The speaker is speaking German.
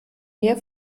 mehr